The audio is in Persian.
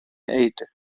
عیده